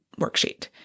worksheet